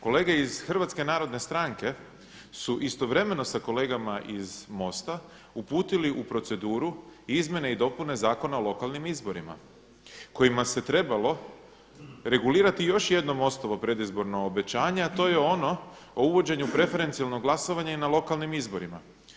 Kolege iz Hrvatske narodne stranke su istovremeno sa kolegama iz MOST-a uputili u proceduru izmjene i dopune Zakona o lokalnim izborima kojima se trebalo regulirati još jedno ostalo predizborno obećanje, a to je ono o uvođenju preferencijalnog glasovanja i na lokalnih izborima.